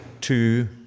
two